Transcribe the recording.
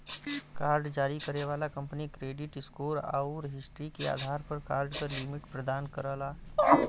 card जारी करे वाला कंपनी क्रेडिट स्कोर आउर हिस्ट्री के आधार पर कार्ड क लिमिट प्रदान करला